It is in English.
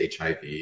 HIV